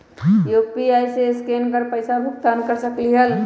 UPI से scan कर पईसा भुगतान कर सकलीहल?